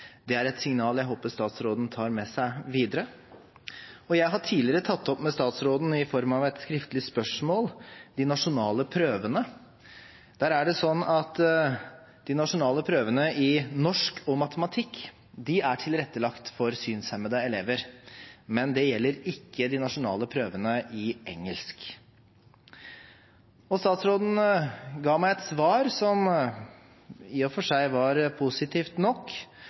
Det er et signal jeg håper statsråden tar med seg videre. Jeg har tidligere tatt opp med statsråden, i form av et skriftlig spørsmål, de nasjonale prøvene. De nasjonale prøvene i norsk og matematikk er tilrettelagt for synshemmede elever, men ikke de nasjonale prøvene i engelsk. Statsråden ga meg et svar som i og for seg var positivt nok,